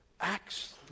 acts